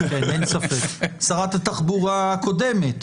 אין ספק, שרת התחבורה הקודמת